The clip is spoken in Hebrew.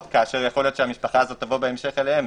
כאשר יכול להיות שהמשפחה הזאת תבוא בהמשך אליהם,